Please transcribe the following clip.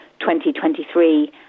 2023